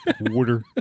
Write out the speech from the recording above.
Water